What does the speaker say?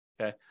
Okay